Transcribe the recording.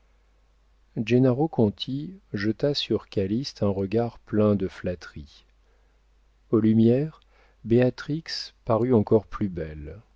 conti jeta sur calyste un regard plein de flatteries aux lumières béatrix parut encore plus belle